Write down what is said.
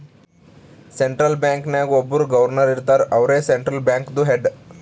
central bank ನಾಗ್ ಒಬ್ಬುರ್ governor ಇರ್ತಾರ ಅವ್ರೇ ಸೆಂಟ್ರಲ್ ಬ್ಯಾಂಕ್ದು ಹೆಡ್